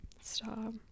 Stop